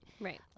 Right